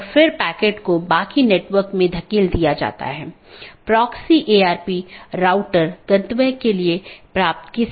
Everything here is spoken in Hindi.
इसलिए open मेसेज दो BGP साथियों के बीच एक सेशन खोलने के लिए है दूसरा अपडेट है BGP साथियों के बीच राउटिंग जानकारी को सही अपडेट करना